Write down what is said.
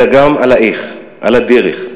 אלא גם על האיך, על הדרך.